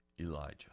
Elijah